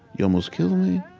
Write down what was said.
you almost kill me,